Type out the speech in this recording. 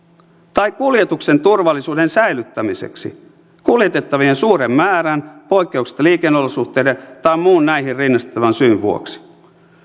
tai kuljetuksen turvallisuuden säilyttämiseksi kuljetettavien suuren määrän poikkeuksellisten liikenneolosuhteiden tai muun näihin rinnastettavan syyn vuoksi